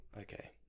Okay